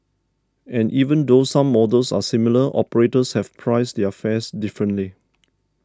and even though some models are similar operators have priced their fares differently